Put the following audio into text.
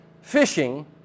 fishing